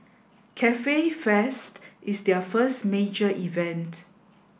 Cafe Fest is their first major event